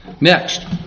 Next